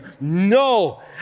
No